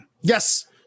yes